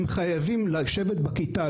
הם חייבים לשבת בכיתה,